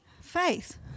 Faith